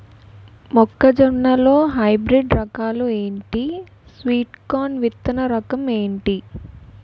మొక్క జొన్న లో హైబ్రిడ్ రకాలు ఎంటి? స్వీట్ కార్న్ విత్తన రకం ఏంటి?